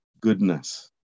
goodness